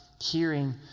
hearing